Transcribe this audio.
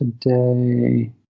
today